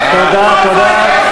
תודה, תודה.